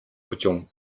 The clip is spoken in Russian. путем